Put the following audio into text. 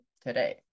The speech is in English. today